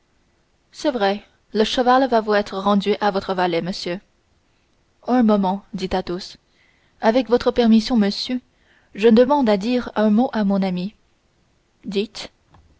c'est vrai le cheval va être rendu à votre valet monsieur un moment dit athos avec votre permission monsieur je demande à dire un mot à mon ami